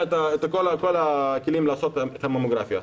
כל הכלים לעשות את הממוגרפיה,